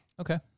Okay